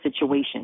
situation